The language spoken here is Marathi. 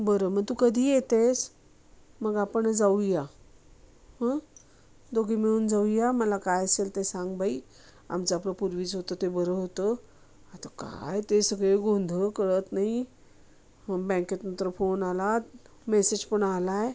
बरं मं तू कधी येतेस मग आपण जाऊया हं दोघी मिळून जाऊया मला काय असेल ते सांग बाई आमचं आपलं पूर्वीचं होतं ते बरं होतं आता काय ते सगळे गोंधळ कळत नाही बँकेतनं तर फोन आला मेसेज पण आला आहे